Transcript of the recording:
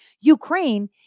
Ukraine